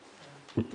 בשעה